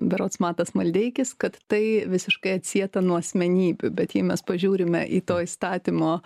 berods matas maldeikis kad tai visiškai atsieta nuo asmenybių bet jei mes pažiūrime į to įstatymo